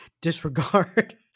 disregard